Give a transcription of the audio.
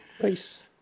Peace